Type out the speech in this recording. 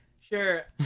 Sure